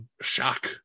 shock